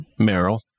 Meryl